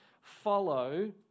follow